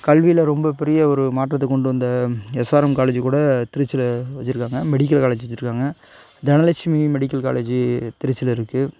கல்வியில ரொம்ப பெரிய ஒரு மாற்றத்தை கொண்டு வந்த எஸ்ஆர்எம் காலேஜ் கூட திருச்சியில வச்சிருக்காங்க மெடிக்கல் காலேஜ் வச்சிருக்காங்க தனலக்ஷ்மி மெடிக்கல் காலேஜி திருச்சியில இருக்கு